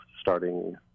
starting